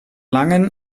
langen